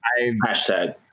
hashtag